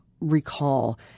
recall